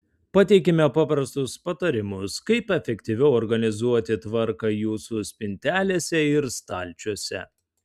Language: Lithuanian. pateikiame paprastus patarimus kaip efektyviau organizuoti tvarką jūsų spintelėse ir stalčiuose